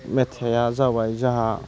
मेथाइआ जाबाय जोंहा